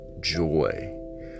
joy